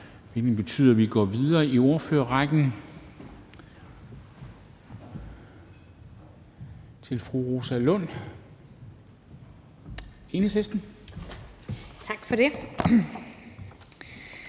Det betyder, at vi går videre i ordførerrækken til fru Rosa Lund, Enhedslisten. Kl.